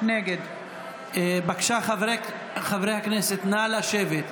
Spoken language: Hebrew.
נגד חברי הכנסת, בבקשה, נא לשבת.